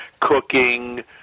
cooking